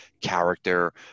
character